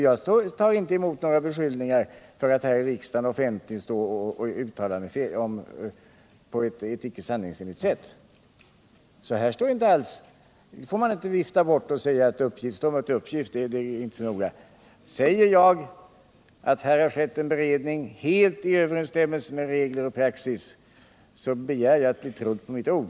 Jag tar inte emot några beskyllningar för att stå här i riksdagen och uttala mig på ett icke sanningsenligt sätt. En sådan fråga får man inte vifta bort med orden: Uppgift står mot uppgift, men det är inte så noga. Säger jag att här har skett en beredning helt i överensstämmelse med regler och praxis, begär jag att bli trodd på mitt ord.